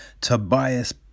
Tobias